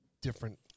different